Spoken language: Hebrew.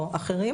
או אחרים.